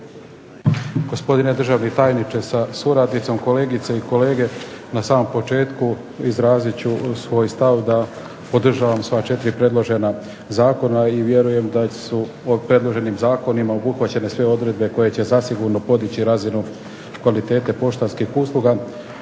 Gospodine državni tajniče sa suradnicom, kolegice i kolege. Na samom početku izrazit ću svoj stav da podržavam sva četiri predložena zakona i vjerujem da su predloženim zakonima obuhvaćene sve odredbe koje će zasigurno podići razinu kvalitete poštanskih usluga,